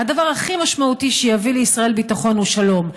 הדבר הכי משמעותי שיביא לישראל ביטחון הוא שלום.